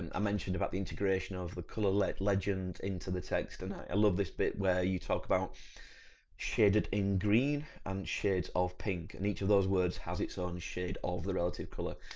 and i mentioned about the integration of the colour legend into the text and i love this bit where you talk about shaded in green and shades of pink and each of those words has its own shade of the relative colour,